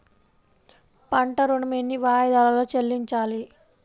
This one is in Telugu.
పంట ఋణం ఎన్ని వాయిదాలలో చెల్లించాలి?